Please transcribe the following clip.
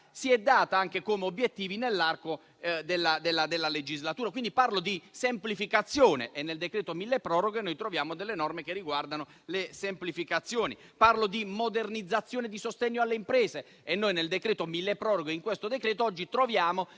politicamente come obiettivi nell'arco della legislatura. Parlo quindi di semplificazione e nel decreto milleproroghe noi troviamo delle norme che riguardano le semplificazioni. Parlo di modernizzazione e di sostegno alle imprese e noi nel decreto milleproroghe troviamo